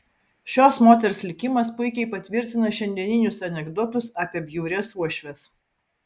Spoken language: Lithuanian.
šios moters likimas puikiai patvirtina šiandieninius anekdotus apie bjaurias uošves